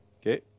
okay